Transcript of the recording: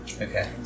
Okay